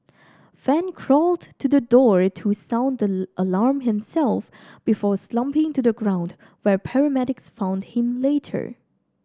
fan crawled to the door to sound the alarm himself before slumping to the ground where paramedics found him later